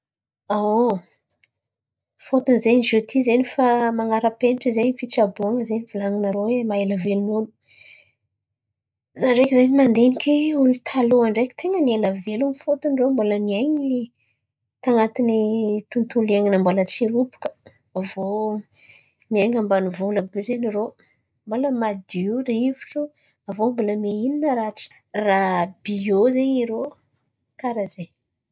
Fôtony zen̈y ziôty zen̈y fa man̈ara-penitry zen̈y fitsaboan̈a zen̈y fa volan̈inarô oe maha ela velon̈o olo? Za ndreky zen̈y mandiniky, olo taloha ndreky ten̈a ny ela velon̈o fôtony irô mbola niain̈y tan̈atiny tont'olo iain̈ana mbola tsy robaka. Aviô miain̈y ambaniv'olo àby io zen̈y irô mbola madio rivotro aviô mbola mihinana raha tsy raha biô zen̈y irô. Karà zen̈y.